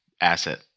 asset